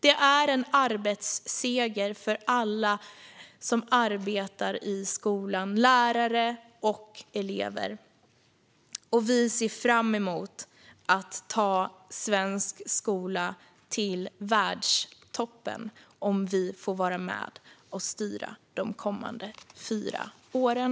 Det är en arbetsseger för alla som arbetar i skolan, det vill säga för lärare och elever. Vi ser fram emot att ta svensk skola till världstoppen om vi får vara med och styra de kommande fyra åren.